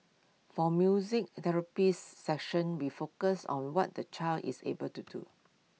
for music therapy session we focus on what the child is able to do